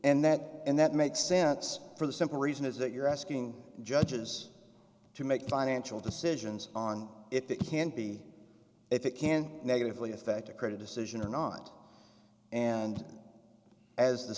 and that and that makes sense for the simple reason is that you're asking judges to make financial decisions on if they can't be if it can negatively affect a credit decision or not and as the